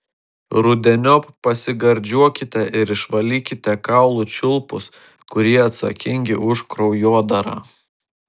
rudeniop pasigardžiuokite ir išvalykite kaulų čiulpus kurie atsakingi už kraujodarą